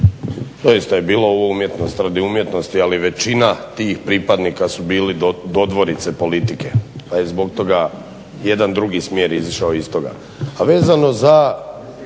je bilo ovo umjetnost radi umjetnosti, ali većina tih pripadnika su bili dodvorice politike pa je zbog toga jedan drugi smjer izišao iz toga.